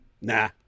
Nah